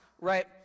right